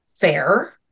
fair